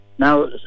Now